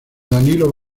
danilo